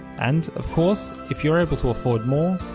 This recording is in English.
and of course, if you're able to afford more,